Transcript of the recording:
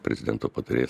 prezidento patarėjas